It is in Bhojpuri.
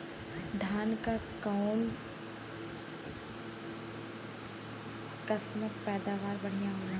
धान क कऊन कसमक पैदावार बढ़िया होले?